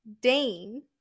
Dane